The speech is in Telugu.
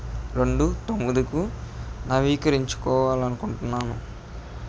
రెండు తొమ్మిదికు నవీకరించుకోవాలి అనుకుంటున్నాను